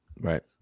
Right